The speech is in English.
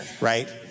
right